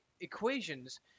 equations